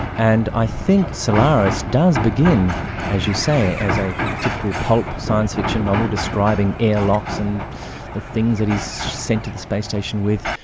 and i think solaris does begin as you say, as a typical pulp science fiction novel describing airlocks and the things that he's sent to the space station with,